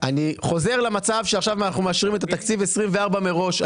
אני חוזר למצב שעכשיו אנחנו מאשרים את תקציב 24' מראש.